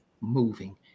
moving